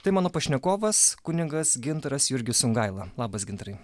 tai mano pašnekovas kunigas gintaras jurgis songaila labas gintarai